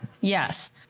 Yes